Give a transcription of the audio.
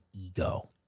ego